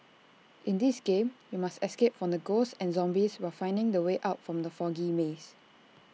in this game you must escape from ghosts and zombies while finding the way out from the foggy maze